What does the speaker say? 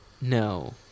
No